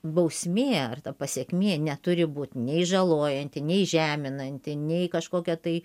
bausmė ar ta pasekmė neturi būt nei žalojanti nei žeminanti nei kažkokia tai